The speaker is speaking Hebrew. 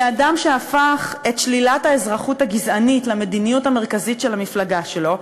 מאדם שהפך את שלילת האזרחות הגזענית למדיניות המרכזית של המפלגה שלו,